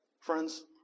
Friends